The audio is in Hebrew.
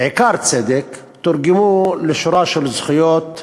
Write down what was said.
בעיקר צדק, תורגמו לשורה של זכויות קונקרטיות,